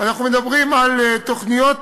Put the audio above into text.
אנחנו מדברים על תוכניות